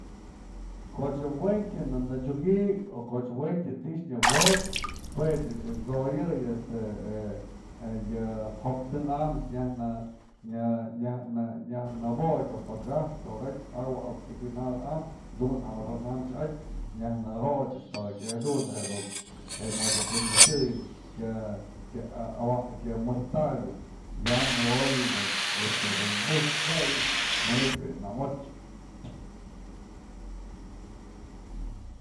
ko'och jë wëi'tyë na në t'sukyë o ko'och wëntyë ti'i nya wo'okë jue ech t'soyëy este yë joknë am nyaj nä nyaj nä bodtyë paka'aj tokatyë agua oxigenada am jadun amaxa'an am xyätyë nyajnëjot ëch para que jadun jedun je më je të t'sëdyëyën kya- kya mëjtakëp, ya nakoyë dun este bujÿë jëch manytë bi'i nëmoch.